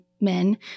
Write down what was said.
Men